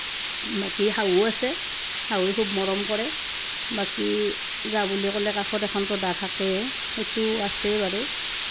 বাকী শাহু আছে শাহুৱে খুব মৰম কৰে বাকী জা বুলি ক'লে কাষত এখুন্দাতো থাকেই সেইটোও আছেই বাৰু